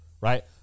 right